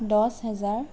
দহ হাজাৰ